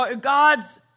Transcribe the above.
God's